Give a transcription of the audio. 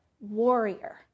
warrior